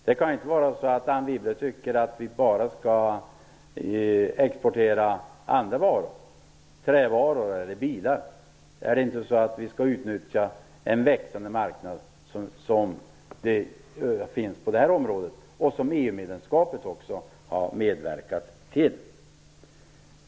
Det kan väl inte vara så att Anne Wibble tycker att vi bara skall exportera andra varor - trävaror eller bilar. Skall vi inte utnyttja den växande marknad som finns på det här området och som EU-medlemskapet också medverkat till?